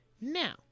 Now